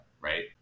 right